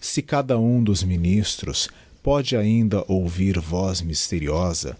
se cada um dos ministros pôde ainda ouvir voz mysteriosa